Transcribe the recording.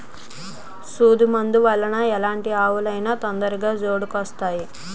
సూదు మందు వల్ల ఎలాంటి ఆవులు అయినా తొందరగా జోడుకొత్తాయి